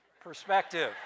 perspective